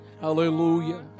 Hallelujah